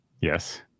Yes